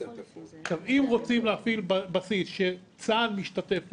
אם רוצים להפעיל בסיס שצה"ל משתתף בו,